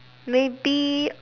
maybe